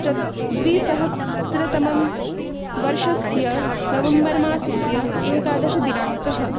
चत् द्विसहस्रतमं वर्षस्य नवम्बर् मासस्य एकादशदिनाङ्कः